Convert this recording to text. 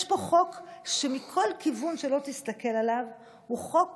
יש פה חוק שמכל כיוון שלא תסתכל עליו הוא חוק